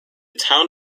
town